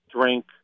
drink